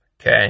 okay